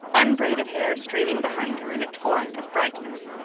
unbraided hair streaming behind her in a torrent of brightness.